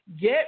get